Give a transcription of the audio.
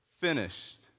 finished